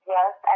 Yes